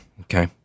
Okay